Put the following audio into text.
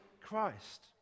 Christ